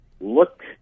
look